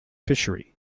fishery